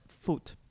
foot